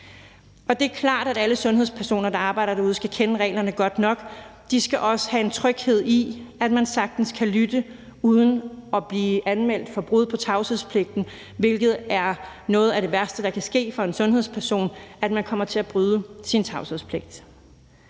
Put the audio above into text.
syg. Det er klart, at alle sundhedspersoner, der arbejder derude, skal kende reglerne godt nok. De skal også have en tryghed i, at man sagtens kan lytte uden at blive anmeldt for brud på tavshedspligten, hvilket er noget af det værste, der kan ske for en sundhedsfaglig person: at man kommer til at bryde sin tavshedspligt.